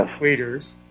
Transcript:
leaders